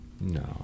No